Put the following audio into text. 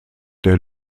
der